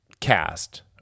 cast